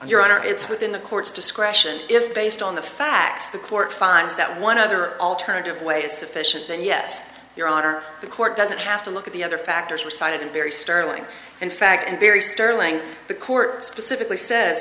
your honor it's within the court's discretion if based on the facts the court finds that one other alternative way is sufficient then yes your honor the court doesn't have to look at the other factors were cited and very startling in fact and very sterling the court specifically sa